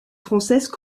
française